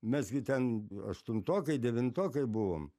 mes gi ten aštuntokai devintokai buvom